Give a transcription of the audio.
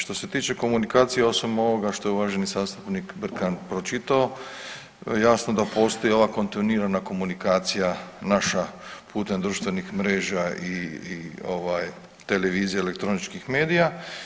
Što se tiče komunikacije osim ovoga što je uvaženi zastupnik Brkan pročitao jasno da postoji ova kontinuirana komunikacija naša putem društvenih mreža i televizije, elektroničkih medija.